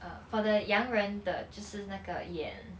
for the 洋人的就是那个演